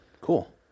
Cool